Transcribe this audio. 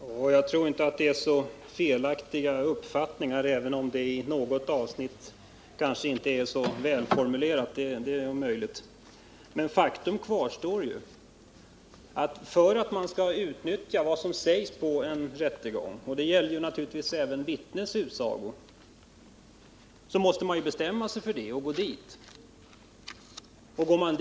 Herr talman! Jag tror inte att det rör sig om så felaktiga uppfattningar, även om motionen i något avsnitt möjligen inte är så välformulerad. Faktum kvarstår: För att man skall kunna utnyttja vad som sägs på en rättegång — och det gäller naturligtvis också vittnets utsago — så måste man ju bestämma sig för det och gå till rättegången.